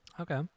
Okay